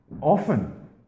often